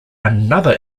another